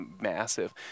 massive